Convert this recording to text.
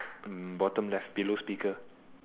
mm bottom left below speaker